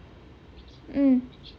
mm